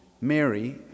Mary